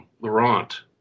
Laurent